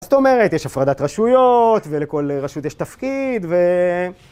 זאת אומרת, יש הפרדת רשויות, ולכל רשות יש תפקיד, ו...